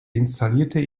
installierte